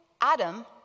Adam